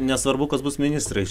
nesvarbu kas bus ministrais